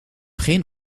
geen